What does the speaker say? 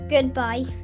Goodbye